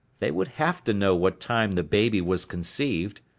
they would have to know what time the baby was conceived.